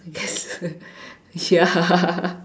ya